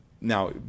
Now